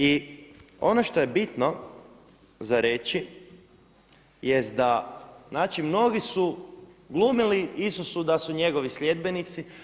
I ono što je bitno za reći, jest da znači mnogi su glumili Isusu da su njegovi sljedbenici.